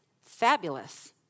fabulous